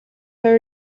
her